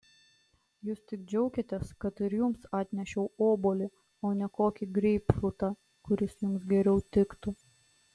jūs tik džiaukitės kad ir jums atnešiau obuolį o ne kokį greipfrutą kuris jums geriau tiktų